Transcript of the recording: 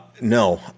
No